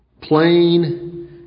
plain